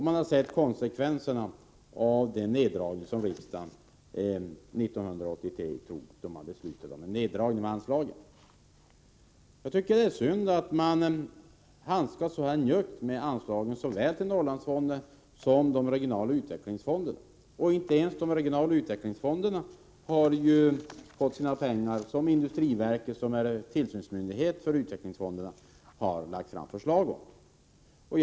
Man har sett konsekvenserna av den neddragning av anslaget som riksdagen 1983 fattade beslut om. Jag tycker att det är synd att man är så här njugg med anslagen såväl till Norrlandsfonden som till de regionala utvecklingsfonderna. Inte ens de regionala utvecklingsfonderna har ju fått de pengar som industriverket, som är tillsynsmyndighet för utvecklingsfonderna, lagt fram förslag om.